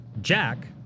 Jack